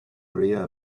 maria